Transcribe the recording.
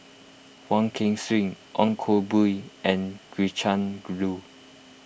Wong Kan Seng Ong Koh Bee and Gretchen Liu